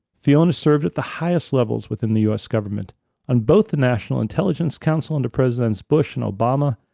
fiona served at the highest levels within the u. s. government on both the national intelligence council under presidents bush and obama,